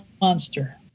monster